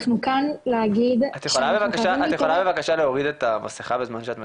אנחנו כאן להגיד --- את יכולה בבקשה להוריד את המסכה בזמן שאת מדברת?